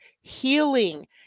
healing